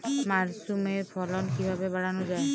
মাসরুমের ফলন কিভাবে বাড়ানো যায়?